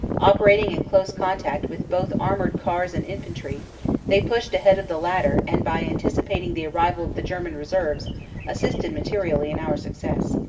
operating in close contact with both armored cars and infantry they pushed ahead of the latter and by anticipating the arrival of the ger man reserves assisted materially in our success.